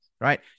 right